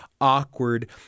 awkward